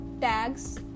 tags